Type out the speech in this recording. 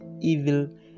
evil